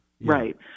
Right